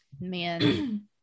Man